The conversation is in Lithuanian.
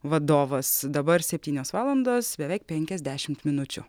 vadovas dabar septynios valandos beveik penkiasdešimt minučių